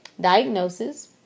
diagnosis